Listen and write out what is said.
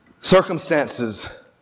Circumstances